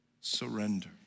surrender